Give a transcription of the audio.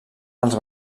els